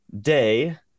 day